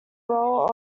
role